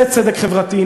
זה צדק חברתי,